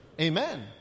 Amen